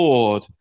Lord